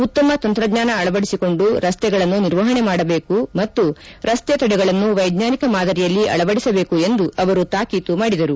ಉತ್ತಮ ತಂತ್ರಜ್ಞಾನ ಅಳವಡಿಸಿಕೊಂಡು ರಸ್ತೆಗಳನ್ನು ನಿರ್ವಹಣೆ ಮಾಡಬೇಕು ಮತ್ತು ರಸ್ತೆ ತಡೆಗಳನ್ನು ವೈಜ್ಟಾನಿಕ ಮಾದರಿಯಲ್ಲಿ ಅಳವಡಿಸಬೇಕು ಎಂದು ಅವರು ತಾಕೀತು ಮಾಡಿದರು